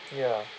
ya